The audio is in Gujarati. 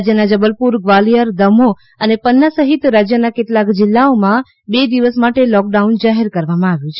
રાજ્યના જબલપુર ગ્વાલિયર દમોહ અને પન્ના સહિત રાજ્યના કેટલાક જીલ્લાઓમાં બે દિવસ માટે લોકડાઉન જાહેર કરવામાં આવ્યુ છે